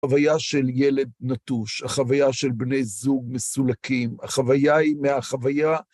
החוויה של ילד נטוש, החוויה של בני זוג מסולקים, החוויה היא מהחוויה...